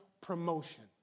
promotion